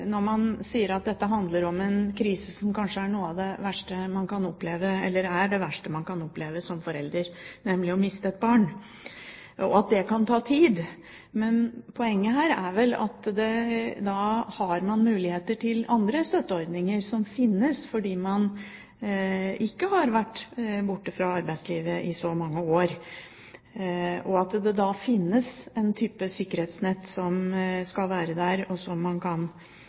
verste man kan oppleve som forelder, nemlig å miste et barn, og at det kan ta tid. Poenget her er vel at da har man mulighet til andre støtteordninger som finnes, fordi man ikke har vært borte fra arbeidslivet i så mange år, og det da finnes en type sikkerhetsnett som skal være der, og som man kan